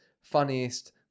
funniest